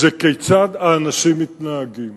היא כיצד האנשים מתנהגים.